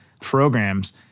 programs